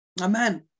Amen